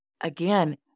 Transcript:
again